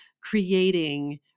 creating